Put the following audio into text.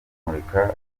kumurikira